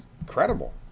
incredible